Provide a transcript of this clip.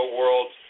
world